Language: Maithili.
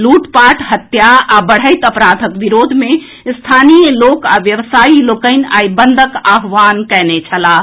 लूटपाट हत्या आ बढ़ैत अपराधक विरोध मे स्थानीय लोक आ व्यवसायी लोकनि आइ बंदक आह्वान कएने छलाह